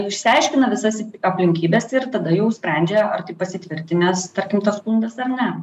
išsiaiškina visas aplinkybes ir tada jau sprendžia ar tai pasitvirtinęs tarkim tas skundas ar ne